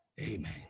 Amen